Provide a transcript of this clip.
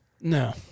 No